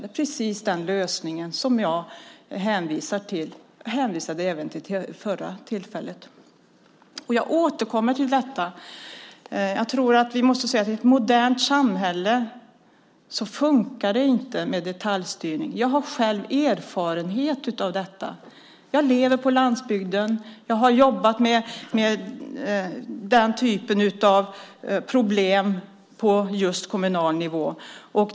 Det är precis den lösning som jag hänvisade till även vid förra tillfället. Jag måste säga att i ett modernt samhälle funkar det inte med detaljstyrning. Jag har själv erfarenhet av detta. Jag lever på landsbygden, och jag har jobbat med den här typen av problem på just kommunal nivå.